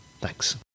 Thanks